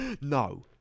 No